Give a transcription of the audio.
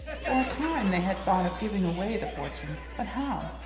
for a time they had thought of giving away the fortune. but how?